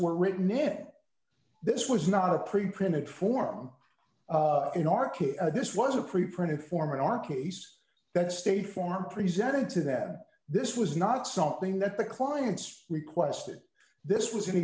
were written it this was not a preprinted form in our case this was a preprinted form in our case that state form presented to them this was not something that the clients requested this was an